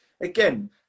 again